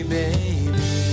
baby